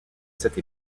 cette